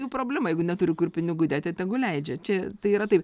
jų problema jeigu neturi kur pinigų dėti ir tegu leidžia čia tai yra taip